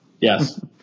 yes